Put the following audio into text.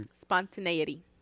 spontaneity